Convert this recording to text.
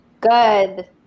good